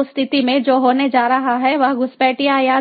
तो उस स्थिति में जो होने जा रहा है वह घुसपैठिया या